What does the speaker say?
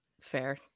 Fair